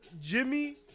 Jimmy